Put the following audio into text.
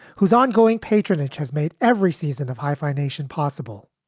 whose ongoing patronage has made every season of hyphenation possible,